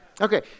Okay